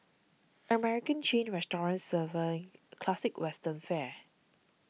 American chain restaurant serving classic Western fare